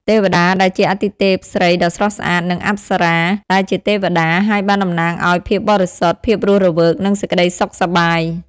ទេវតាដែលជាអាទិទេពស្រីដ៏ស្រស់ស្អាត និងអប្សរាដែលជាទេវតា ហើយបានតំណាងឲ្យភាពបរិសុទ្ធ ភាពរស់រវើក និងសេចក្តីសុខសប្បាយ។